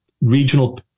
regional